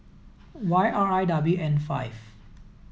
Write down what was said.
Y R I W N five